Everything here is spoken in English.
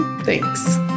thanks